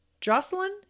Jocelyn